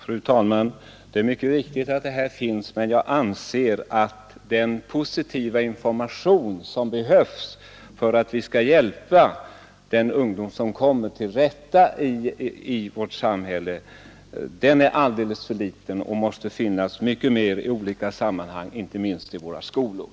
Fru talman! Det är mycket viktigt att sådana broschyrer finns, men jag anser att den positiva information som behövs för att vi skall kunna hjälpa ungdomarna till rätta i vårt samhälle är alldeles för liten och måste lämnas i mycket större utsträckning i olika sammanhang, inte minst i våra skolor.